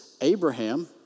Abraham